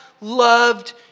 loved